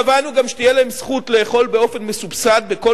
קבענו גם שתהיה להם זכות לאכול באופן מסובסד בכל